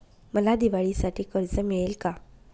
मला दिवाळीसाठी कर्ज मिळेल का?